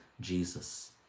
Jesus